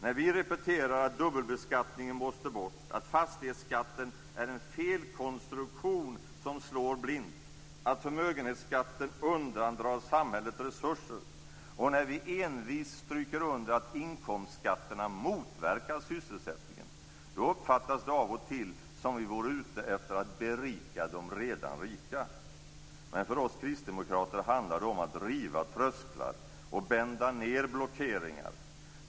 När vi repeterar att dubbelbeskattningen måste bort, att fastighetsskatten är en felkonstruktion som slår blint och att förmögenhetsskatten undandrar samhället resurser och när vi envist stryker under att inkomstskatterna motverkar sysselsättningen uppfattas det av och till som vore vi ute efter att berika de redan rika. Men för oss kristdemokrater handlar det om att riva trösklar och bända ned blockeringar.